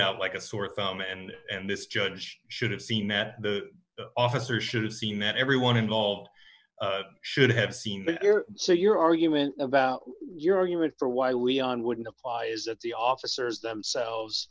out like a sore thumb and this judge should have seen that the officer should have seen that everyone involved should have seen so your argument about your argument for why we are in wouldn't applies at the officers themselves